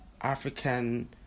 African